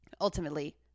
ultimately